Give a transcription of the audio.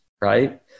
right